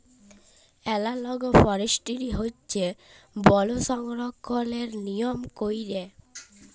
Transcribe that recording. এলালগ forestry হছে বল সংরক্ষলের লিয়ম ক্যইরে